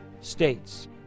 states